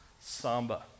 Samba